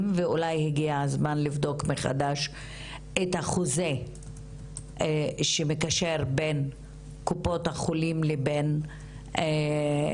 ואולי הגיע הזמן לבדוק מחדש את החוזה שמקשר בין קופות החולים לבין המשרד